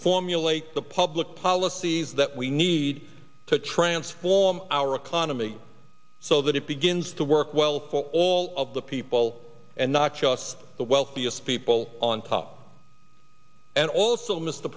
formulate the public policies that we need to transform our economy so that it begins to work well for all of the people and not just the wealthiest people on top and also m